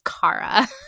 Kara